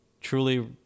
truly